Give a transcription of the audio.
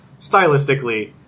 stylistically